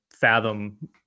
fathom